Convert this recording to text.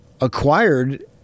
acquired